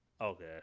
Okay